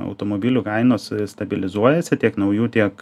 automobilių kainos stabilizuojasi tiek naujų tiek